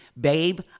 Babe